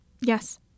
Yes